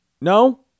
No